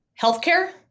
healthcare